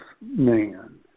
man